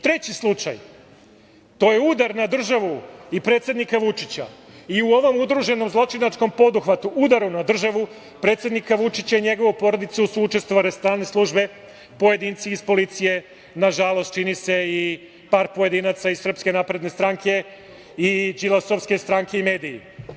Treći slučaj, to je udar na državu i predsednika Vučića i u ovom udruženom zločinačkom poduhvatu, udaru na državu predsednika Vučića i njegovu porodicu su učestvovale strane službe, pojedinci iz policije, nažalost, čini se i par pojedinaca iz SNS i đilasovske stranke i mediji.